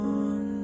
on